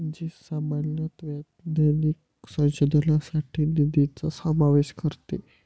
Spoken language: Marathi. जी सामान्यतः वैज्ञानिक संशोधनासाठी निधीचा समावेश करते